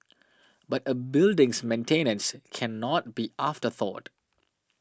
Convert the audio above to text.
but a building's maintenance cannot be afterthought